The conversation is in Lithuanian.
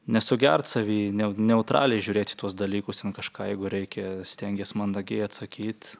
nesugert savy neutraliai žiūrėt į tuos dalykus ten kažką jeigu reikia stengias mandagiai atsakyt